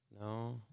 No